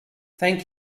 thank